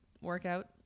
workout